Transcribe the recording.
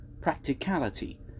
practicality